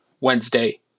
Wednesday